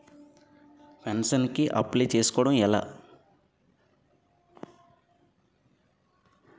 Pension కి apply చేసుకోవడం ఎలా?